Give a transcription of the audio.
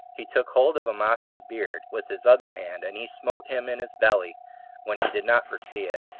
he took hold of amasa's beard with his other hand, and he smote him in his belly when he did not foresee it,